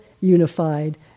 unified